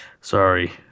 Sorry